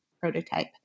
prototype